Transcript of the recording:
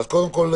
קודם כול,